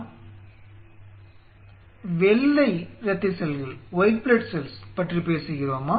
நாம் WBCs வெள்ளை இரத்த செல்களைப் பற்றி பேசுகிறோமா